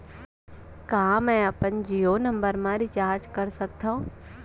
का मैं अपन जीयो नंबर म रिचार्ज कर सकथव?